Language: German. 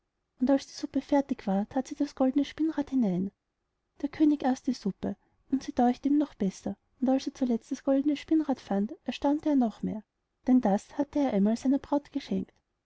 und als die suppe fertig war that sie das goldne spinnrad hinein der könig aß die suppe und sie däuchte ihm noch besser und als er zuletzt das goldene spinnrad fand erstaunte er noch mehr denn das hatte er einmal seiner braut geschenkt